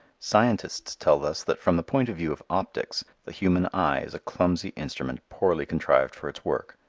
scientists tell us that from the point of view of optics the human eye is a clumsy instrument poorly contrived for its work.